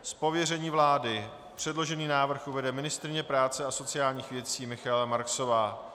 Z pověření vlády předložený návrh uvede ministryně práce a sociálních věcí Michaela Marksová.